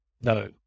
No